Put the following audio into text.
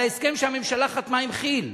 על ההסכם שהממשלה חתמה עם כי"ל,